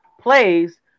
plays